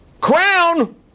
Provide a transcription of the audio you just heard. crown